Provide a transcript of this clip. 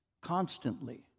constantly